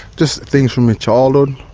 just things from my childhood.